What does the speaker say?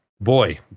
Boy